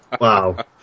Wow